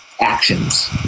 actions